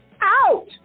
Out